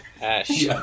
ash